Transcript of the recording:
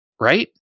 right